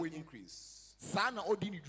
increase